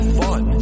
fun